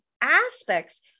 aspects